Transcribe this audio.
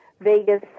Vegas